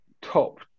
top